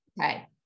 Okay